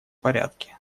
порядке